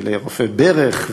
ולרופא ברך,